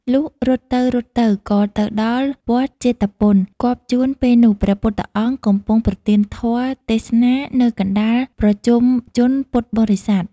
លុះរត់ទៅៗ ក៏ទៅដល់វត្តជេតពន គាប់ជួនពេលនោះ ព្រះពុទ្ធអង្គកំពុងប្រទានធម៌ ទេសនា នៅកណ្តាលប្រជុំជនពុទ្ធបរិស័ទ ។